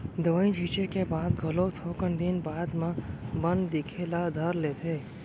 दवई छींचे के बाद घलो थोकन दिन बाद म बन दिखे ल धर लेथे